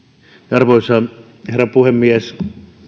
arvoisa herra puhemies